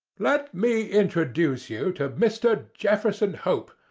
let me introduce you to mr. jefferson hope,